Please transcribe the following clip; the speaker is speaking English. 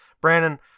Brandon